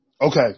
Okay